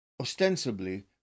ostensibly